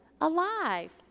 alive